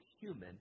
human